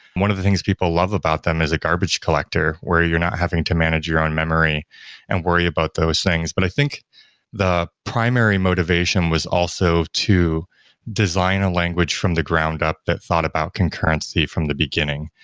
one of the things people love about them is a garbage collector, where you're not having to manage your own memory and worry about those things. but i think the primary motivation was also to design a language from the ground up that thought about concurrency from the beginning.